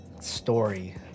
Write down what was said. story